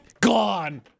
Gone